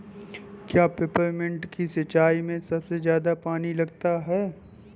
क्या पेपरमिंट की सिंचाई में सबसे ज्यादा पानी लगता है?